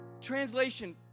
Translation